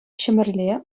ҫӗмӗрле